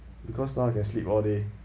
because now I can sleep all day